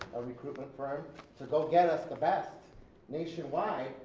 a recruitment firm to go get us the best nationwide,